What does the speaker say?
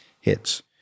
hits